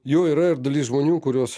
jau yra ir dalis žmonių kuriuos